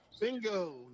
Bingo